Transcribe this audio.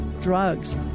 drugs